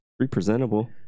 representable